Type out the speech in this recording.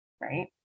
Right